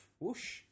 whoosh